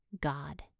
God